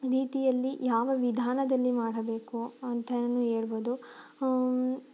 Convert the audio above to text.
ರೀತಿಯಲ್ಲಿ ಯಾವ ವಿಧಾನದಲ್ಲಿ ಮಾಡಬೇಕು ಅಂತಾನು ಹೇಳ್ಬೋದು